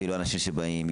אנשים שבאים,